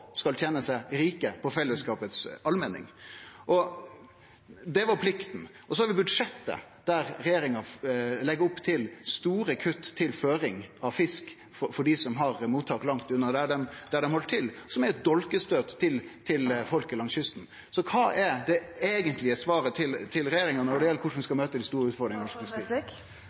tene seg rike på fellesskapets allmenning. Det var plikta, og så har vi budsjettet, der regjeringa legg opp til store kutt til føring av fisk for dei som har mottak langt unna der dei held til, noko som er eit dolkestøyt til folk langs kysten. Så kva er det eigentlege svaret til regjeringa når det gjeld korleis vi skal møte dei store